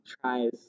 tries